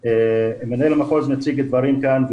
מנהל המחוז מציג דברים כאן,